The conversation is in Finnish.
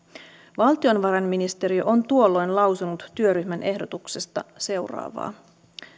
valtiovarainministeri on tuolloin lausunut työryhmän ehdotuksesta seuraavaa